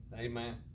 Amen